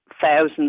thousands